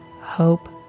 hope